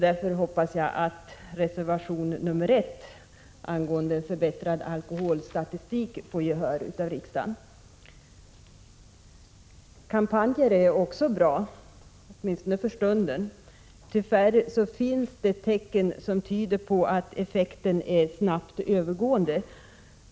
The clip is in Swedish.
Därför hoppas jag att reservation nr 1 angående förbättrad alkoholstatistik får gehör av riksdagen. Kampanjer är också bra, åtminstone för stunden. Tyvärr finns det tecken som tyder på att effekten är snabbt övergående.